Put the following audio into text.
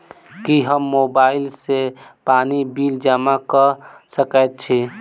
की हम मोबाइल सँ पानि बिल जमा कऽ सकैत छी?